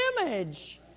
image